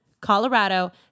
Colorado